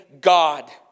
God